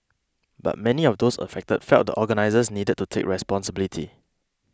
but many of those affected felt the organisers needed to take responsibility